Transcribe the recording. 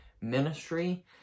ministry